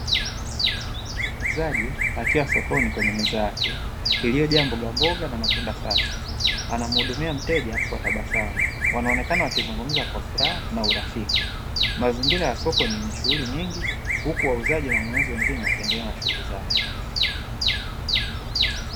Muuzaji akiwa sokoni kwenye meza yake iliyojaa mbogamboga na matunda safi, anamhudumia mteja kwa tabasamu wanaonekana wakizunguzumza kwa furaha na urafiki. Mazingira ya soko ni yenye shughuli nyingi huku wauzaji na wanunuzi wengine wakiendelea na shughuli zao.